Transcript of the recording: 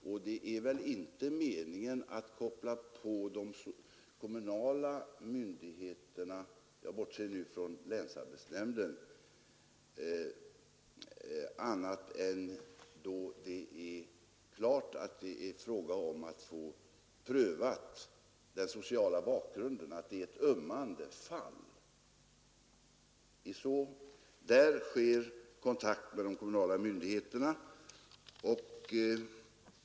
Och det är väl inte meningen att koppla på de kommunala myndigheterna — jag bortser nu från länsarbetsnämnden — annat än då det är klart att det är fråga om att få den sociala bakgrunden prövad i ett ömmande fall; då tas kontakt med de kommunala myndigheterna.